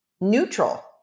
neutral